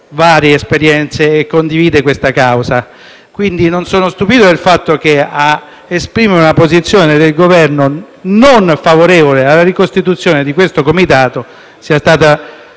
varie esperienze e condivide questa causa. Come dicevo, però, non sono stupito del fatto che ad esprimere la posizione del Governo non favorevole alla ricostituzione del Comitato per le